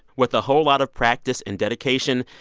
with a whole lot of practice and dedication,